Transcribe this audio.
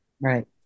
Right